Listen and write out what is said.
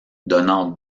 donnant